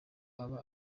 aba